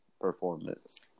performance